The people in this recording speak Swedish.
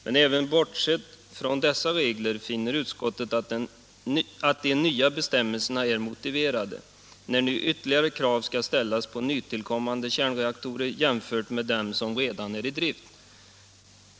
Men även bortsett från dessa regler finner utskottet att de nya bestämmelserna är motiverade, när nu ytterligare krav skall ställas på nytillkommande kärnreaktorer jämfört med dem som redan är i drift.